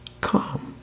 calm